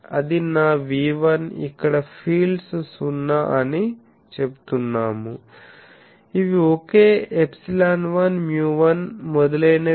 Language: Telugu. ఇది నా V1 ఇక్కడ ఫీల్డ్స్ సున్నా అని చెప్తున్నాను ఇవి ఒకే ε1 μ1 మొదలైనవి